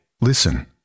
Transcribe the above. Listen